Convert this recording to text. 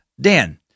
Dan